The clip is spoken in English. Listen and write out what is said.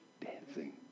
Dancing